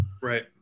Right